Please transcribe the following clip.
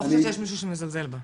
אני לא חושבת שיש מישהו שמזלזל בה.